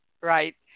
right